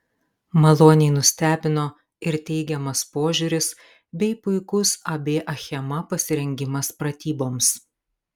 maloniai nustebino ir teigiamas požiūris bei puikus ab achema pasirengimas pratyboms